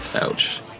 Ouch